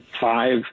five